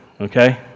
okay